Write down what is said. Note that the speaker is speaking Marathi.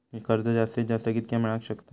कर्ज जास्तीत जास्त कितक्या मेळाक शकता?